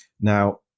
Now